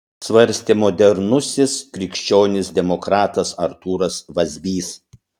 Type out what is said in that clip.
svarstė modernusis krikščionis demokratas artūras vazbys